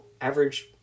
average